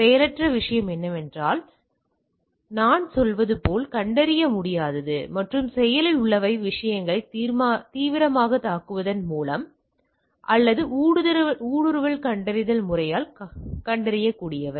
செயலற்ற விஷயம் என்னவென்றால் நான் சொல்வது போல் கண்டறியமுடியாதது மற்றும் செயலில் உள்ளவை விஷயங்களைத் தீவிரமாகத் தாக்குவதன் மூலம் அல்லது ஊடுருவல் கண்டறிதல் முறையால் கண்டறியக்கூடியவை